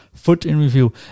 footinreview